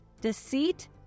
deceit